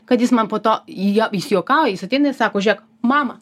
kad jis man po to į jo jis juokauja jis ateina ir sako žiūrėk mama